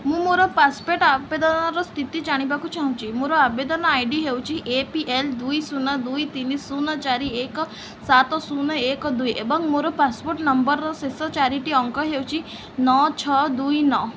ମୁଁ ମୋର ପାସପୋର୍ଟ ଆବେଦନର ସ୍ଥିତି ଜାଣିବାକୁ ଚାହୁଁଛି ମୋର ଆବେଦନ ଆଇ ଡ଼ି ହେଉଛି ଏ ପି ଏଲ୍ ଦୁଇ ଶୂନ ଦୁଇ ତିନି ଶୂନ ଚାରି ଏକ ସାତ ଶୂନ ଏକ ଦୁଇ ଏବଂ ମୋର ପାସପୋର୍ଟ ନମ୍ବରର ଶେଷ ଚାରିଟି ଅଙ୍କ ହେଉଛି ନଅ ଛଅ ଦୁଇ ନଅ